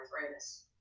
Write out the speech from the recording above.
arthritis